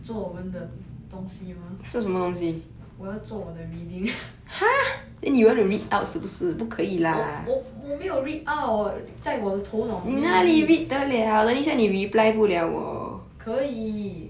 做我们的东西吗我要做我的 reading ha 我我我没有 read out 在我的头脑里面可以